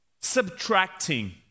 subtracting